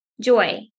joy